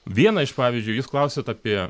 vieną iš pavyzdžiui jūs klausiat apie